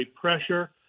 pressure